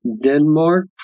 Denmark